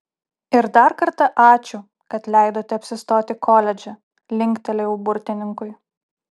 ir dar kartą ačiū kad leidote apsistoti koledže linktelėjau burtininkui